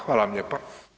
Hvala vam lijepa.